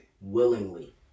Willingly